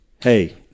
hey